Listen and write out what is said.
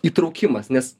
įtraukimas nes